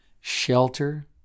shelter